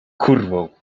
kurwą